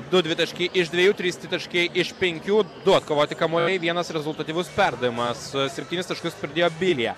du dvitaškiai iš dviejų trys tritaškiai iš penkių du atkovoti kamuoliai vienas rezultatyvus perdavimas septynis taškus pridėjo bilija